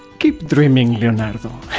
keep dreaming leonardo